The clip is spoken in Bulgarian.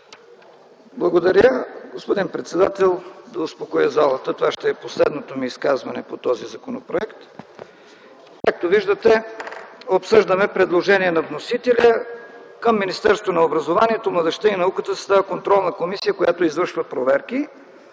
Благодаря, господин председател. Да успокоя залата – това ще е последното ми изказване по този законопроект. Както виждате, обсъждаме предложение на вносителя: към Министерството на образованието, младежта и науката се създава контролна комисия, която извършва проверки.